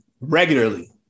regularly